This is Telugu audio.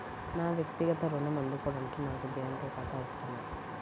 నా వక్తిగత ఋణం అందుకోడానికి నాకు బ్యాంక్ ఖాతా అవసరమా?